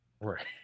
right